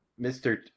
Mr